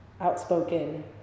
outspoken